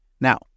Now